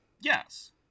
Yes